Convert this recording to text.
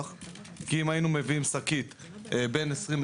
לא מביאים פריט בשקית.